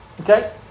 Okay